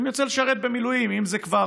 גם יוצא לשרת במילואים, אם זה כבר